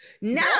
Now